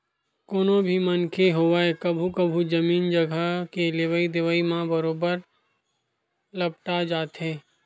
कोनो भी मनखे होवय कभू कभू जमीन जघा के लेवई देवई म बरोबर लपटा जाथे